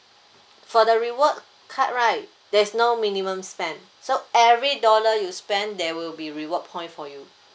for the reward card right there's no minimum spend so every dollar you spent there will be reward point for you